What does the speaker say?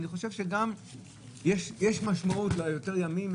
ואני חושב שגם לזה יש משמעות ליותר ימים,